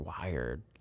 wired